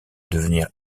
devenir